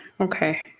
Okay